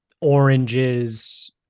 oranges